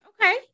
Okay